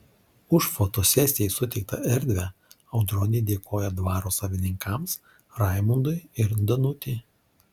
už fotosesijai suteiktą erdvę audronė dėkoja dvaro savininkams raimundui ir danutei